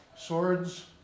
Swords